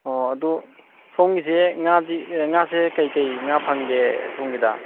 ꯑꯣ ꯑꯗꯨ ꯁꯣꯝꯒꯤꯁꯦ ꯉꯥꯗꯤ ꯉꯥꯁꯦ ꯀꯩꯀꯩ ꯉꯥ ꯐꯪꯒꯦ ꯁꯣꯝꯒꯤꯗ